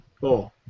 Four